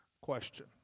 question